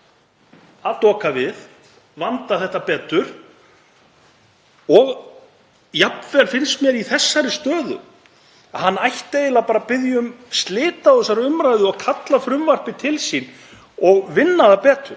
að doka við, vanda þetta betur og jafnvel finnst mér að í þessari stöðu ætti hann að biðja um slit á þessari umræðu og kalla frumvarpið til sín og vinna það betur